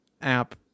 app